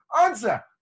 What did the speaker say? Answer